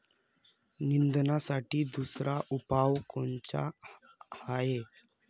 निंदनासाठी दुसरा उपाव कोनचा हाये?